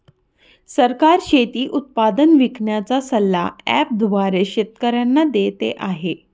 सरकार शेती उत्पादन विकण्याचा सल्ला ॲप द्वारे शेतकऱ्यांना देते आहे